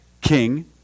king